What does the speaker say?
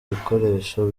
ibikoresho